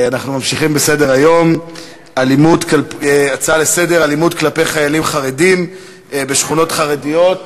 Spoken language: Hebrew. אנחנו ממשיכים בסדר-היום: אלימות כלפי חיילים חרדים בשכונות חרדיות,